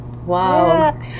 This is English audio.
Wow